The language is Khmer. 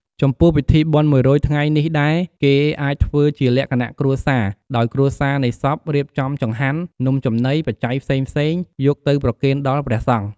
ចំពោះពិធីបុណ្យមួយរយថ្ងៃនេះដែរ គេអាចធ្វើជាលក្ខណៈគ្រួសារ ដោយគ្រួសារនៃសពរៀបចំ ចង្ហាន់ នំចំណី បច្ច័យផ្សេងៗ យកទៅប្រគេនដល់ព្រះសង្ឃ។